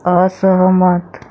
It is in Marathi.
असहमत